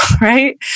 Right